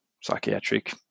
psychiatric